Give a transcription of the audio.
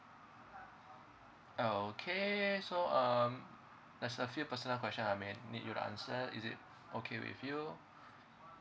okay so um there's a few personal question I may need you to answer is it okay with you